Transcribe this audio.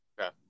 Okay